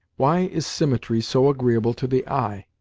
why is symmetry so agreeable to the eye?